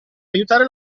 aiutare